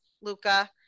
luca